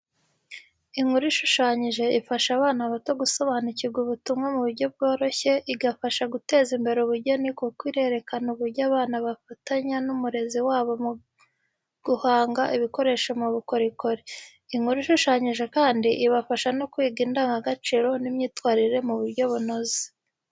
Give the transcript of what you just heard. Inkuru ishushanyije ifasha abana bato gusobanukirwa ubutumwa mu buryo bworoshye, igafasha guteza imbere ubugeni kuko irerekana uburyo abana bafatanya n'umurezi wabo mu guhanga ibikoresho mu bukorikori. Inkuru ishushanyije kandi ibafasha no kwiga indangagaciro n’imyitwarire mu buryo bunoze.